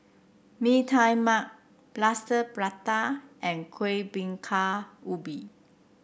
Mee Tai Mak Plaster Prata and Kueh Bingka Ubi